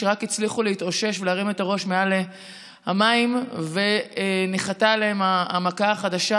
שרק הצליחו להתאושש ולהרים את הראש מעל המים וניחתה עליהם המכה החדשה,